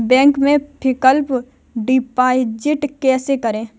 Bank में fix deposit कैसे करें?